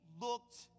looked